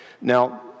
Now